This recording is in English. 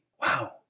wow